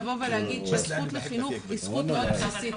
לבוא ולהגיד שהזכות לחינוך היא זכות מאוד בסיסית.